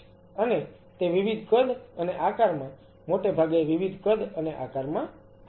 અને તે વિવિધ કદ અને આકારમાં મોટે ભાગે વિવિધ કદ અને આકારમાં આવે છે